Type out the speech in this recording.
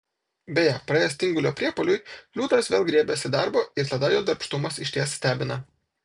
beje praėjus tingulio priepuoliui liūtas vėl griebiasi darbo ir tada jo darbštumas išties stebina